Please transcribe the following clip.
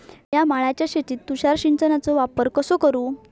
मिया माळ्याच्या शेतीत तुषार सिंचनचो वापर कसो करू?